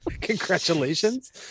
Congratulations